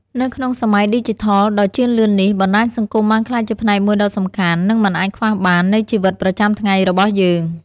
នៅក្នុងសម័យឌីជីថលដ៏ជឿនលឿននេះ បណ្ដាញសង្គមបានក្លាយជាផ្នែកមួយដ៏សំខាន់ និងមិនអាចខ្វះបាននៃជីវិតប្រចាំថ្ងៃរបស់យើង។